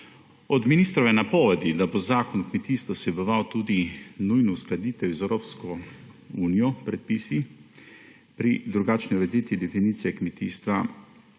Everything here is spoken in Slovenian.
Od ministrove napovedi, da bo zakon o kmetijstvu vseboval tudi nujno uskladitev z Evropsko unijo, predpise pri drugačni ureditvi definicije kmetijskega